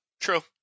True